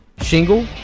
Shingle